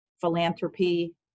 philanthropy